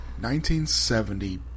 1970